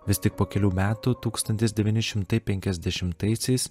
vis tik po kelių metų tūkstantis devyni šimtai penkiasdešimtaisiais